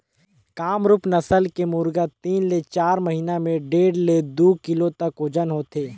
कामरूप नसल के मुरगा तीन ले चार महिना में डेढ़ ले दू किलो तक ओजन होथे